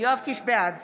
בעד